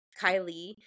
Kylie